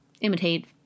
imitate